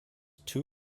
two